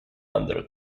under